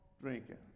drinking